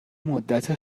مدت